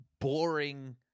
boring